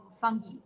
fungi